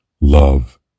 Love